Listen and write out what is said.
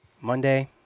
Monday